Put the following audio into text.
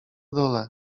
dole